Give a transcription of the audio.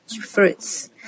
fruits